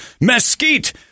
mesquite